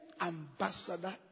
ambassador